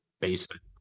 basement